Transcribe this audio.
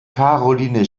caroline